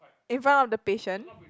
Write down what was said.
in front of the patient